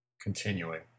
Continuing